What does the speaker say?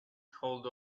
called